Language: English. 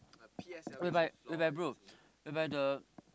whereby whereby bro whereby the